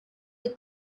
the